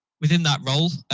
within that role,